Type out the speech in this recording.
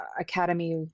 Academy